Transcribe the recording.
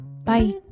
Bye